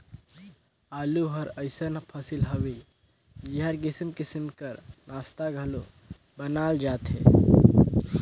आलू हर अइसन फसिल हवे जेकर किसिम किसिम कर नास्ता घलो बनाल जाथे